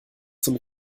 zum